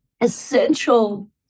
essential